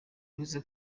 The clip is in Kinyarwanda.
uretse